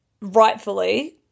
rightfully